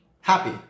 happy